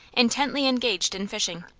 intently engaged in fishing.